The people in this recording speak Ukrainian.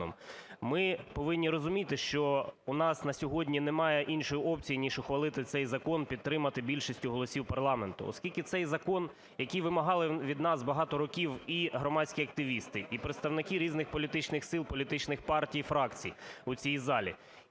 Ми повинні розуміти, що у нас на сьогодні немає іншої опції, ніж ухвалити цей закон, підтримати більшістю голосів парламенту. Оскільки цей закон, який вимагали від нас багато років і громадські активісти, і представники різних політичних сил, політичних партій і фракцій у цій залі,